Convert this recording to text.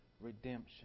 redemption